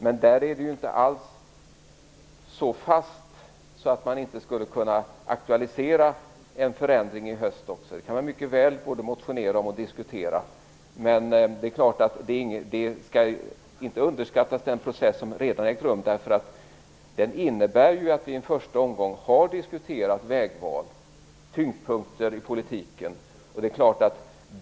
Men där är det inte alls så fast att man inte skulle kunna aktualisera en förändring i höst. Det kan man mycket väl både motionera om och diskutera. Men den process som redan har ägt rum skall inte underskattas. Den innebär ju att vi i en första omgång har diskuterat vägval och tyngdpunkter i politiken.